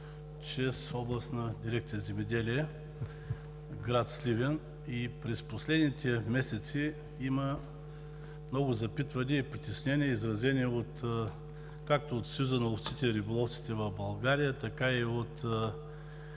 чрез Областна дирекция „Земеделие“ – град Сливен. През последните месеци има много запитвания и притеснения, изразени както от Съюза на ловците и риболовците в България, така и от